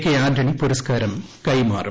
K Antony പുരസ്കാരം കൈമാറും